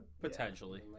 Potentially